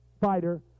fighter